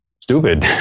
stupid